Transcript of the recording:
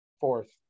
fourth